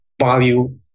value